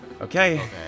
Okay